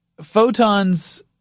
photons